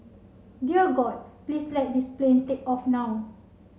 dear God please let this plane take off now